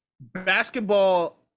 basketball